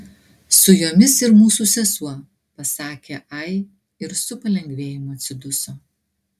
su jomis ir mūsų sesuo pasakė ai ir su palengvėjimu atsiduso